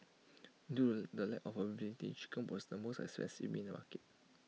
due the lack of availability chicken was the most expensive meat in the market